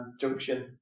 Junction